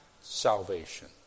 salvation